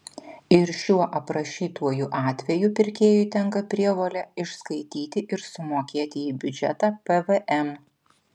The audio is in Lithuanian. ir šiuo aprašytuoju atveju pirkėjui tenka prievolė išskaityti ir sumokėti į biudžetą pvm